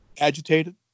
agitated